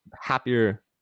happier